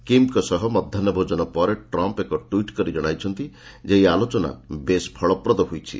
କିମ୍ଙ୍କ ସହ ମଧ୍ୟାହୁ ଭୋଜନ ପରେ ଟ୍ରମ୍ପ୍ ଏକ ଟ୍ୱିଟ୍ କରି ଜଣାଇଛନ୍ତି ଯେ ଏହି ଆଲୋଚନା ବେଶ୍ ଫଳପ୍ରଦ ହୋଇଛି